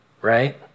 right